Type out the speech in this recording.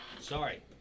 Sorry